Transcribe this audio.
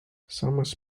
samas